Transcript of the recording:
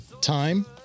time